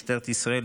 משטרת ישראל,